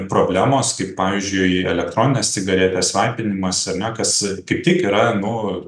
problemos kaip pavyzdžiui elektroninės cigaretės vaipinimas ar ne kas kaip tik yra nu